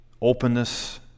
openness